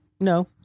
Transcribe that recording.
no